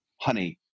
Honey